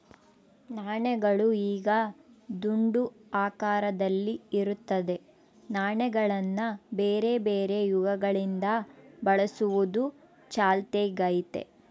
ನಾಣ್ಯಗಳು ಈಗ ದುಂಡು ಆಕಾರದಲ್ಲಿ ಇರುತ್ತದೆ, ನಾಣ್ಯಗಳನ್ನ ಬೇರೆಬೇರೆ ಯುಗಗಳಿಂದ ಬಳಸುವುದು ಚಾಲ್ತಿಗೈತೆ